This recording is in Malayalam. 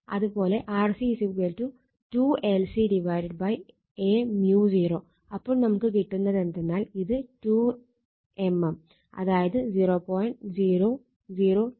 അത്പോലെ RC 2 lC Aµ0 അപ്പോൾ നമുക്ക് കിട്ടുന്നതെന്തെന്നാൽ ഇത് 2 mm അതായത് 0